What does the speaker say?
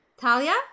Talia